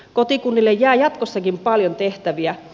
kotikunnille jää jatkossakin paljon tehtäviä